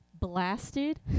blasted